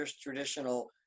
traditional